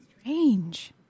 Strange